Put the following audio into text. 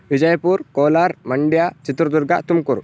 Vijayapur Kolar Mandya Chitradurga Tumakuru